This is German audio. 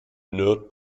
nerd